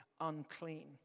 unclean